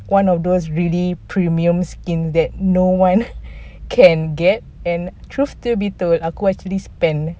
one of those really premium skin that no one can get and truth to be told aku actually spend